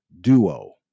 Duo